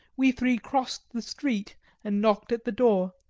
we three crossed the street and knocked at the door.